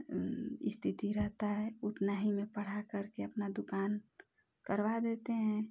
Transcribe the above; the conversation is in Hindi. स्थिति रहता है उतना ही में पढ़ा करके अपना दुकान करवा देते हैं